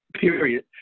period